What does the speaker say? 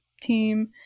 team